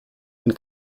and